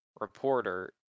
reporter